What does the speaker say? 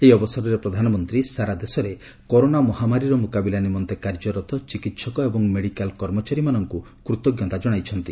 ଏହି ଅବସରରେ ପ୍ରଧାନମନ୍ତ୍ରୀ ସାରା ଦେଶରେ କରୋନା ମହାମାରୀର ମୁକାବିଲା ନିମନ୍ତେ କାର୍ଯ୍ୟରତ ଚିକିତ୍ସକ ଏବଂ ମେଡିକାଲ କର୍ମଚାରୀମାନଙ୍କୁ କୃତଜ୍ଞତା ଜଣାଇଛନ୍ତି